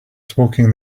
smoking